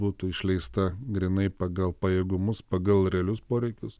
būtų išleista grynai pagal pajėgumus pagal realius poreikius